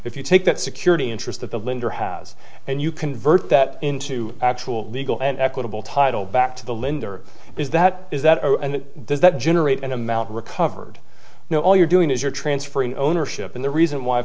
if you take that security interest that the lender has and you convert that into actual legal and equitable title back to the lender is that is that and does that generate an amount recovered now all you're doing is you're transferring ownership and the reason why